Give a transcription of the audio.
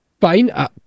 Fine